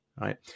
right